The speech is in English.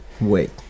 wait